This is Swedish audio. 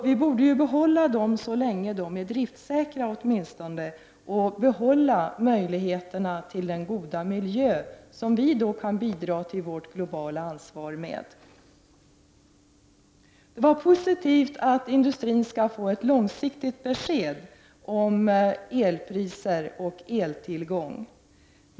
Vi borde behålla dem åtminstone så länge som de är driftsäkra och på det viset behålla möjligheterna till den goda miljö som vi kan bidra till vårt globala ansvar med. Det var positivt att industrin skall få ett långsiktigt besked om elpriserna och eltillgången.